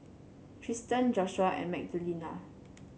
Tristen Joshua and Magdalena